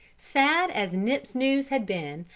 sad as nip's news had been,